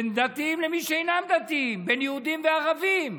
בין דתיים למי שאינם דתיים, בין יהודים וערבים.